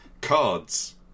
cards